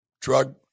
drug